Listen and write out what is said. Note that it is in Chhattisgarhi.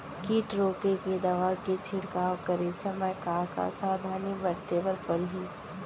किट रोके के दवा के छिड़काव करे समय, का का सावधानी बरते बर परही?